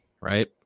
right